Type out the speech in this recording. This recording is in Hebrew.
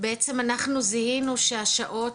בעצם אנחנו זיהינו שהשעות,